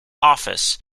office